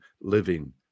living